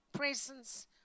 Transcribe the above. presence